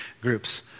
groups